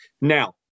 Now